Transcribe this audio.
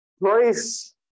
Grace